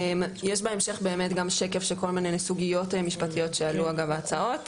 יש בהמשך באמת גם שקף של כל מיני סוגיות משפטיות שעלו אגב ההצעות,